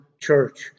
church